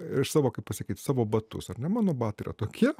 iš savo kaip pasakyt savo batus ar ne mano batai yra tokie